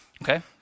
Okay